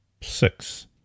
six